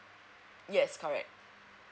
yes correct